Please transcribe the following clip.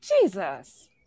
jesus